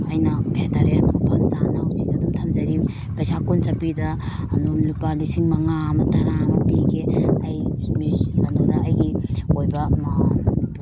ꯑꯩꯅ ꯀꯩ ꯍꯥꯏꯇꯔꯦ ꯃꯐꯝ ꯆꯥꯅ ꯍꯧꯖꯤꯛꯁꯨ ꯑꯗꯨꯝ ꯊꯝꯖꯔꯤ ꯄꯩꯁꯥ ꯀꯨꯟ ꯆꯄꯤꯗ ꯑꯗꯨꯝ ꯂꯨꯄꯥ ꯂꯤꯁꯤꯡ ꯃꯉꯥ ꯑꯃ ꯇꯔꯥ ꯑꯃ ꯄꯤꯒꯦ ꯑꯩ ꯀꯩꯅꯣꯗ ꯑꯩꯒꯤ ꯑꯣꯏꯕ ꯑꯦꯃꯥꯎꯟꯗꯨ